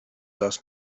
does